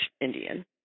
Indian